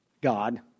God